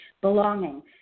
belonging